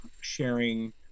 sharing